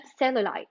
cellulite